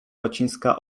łacińska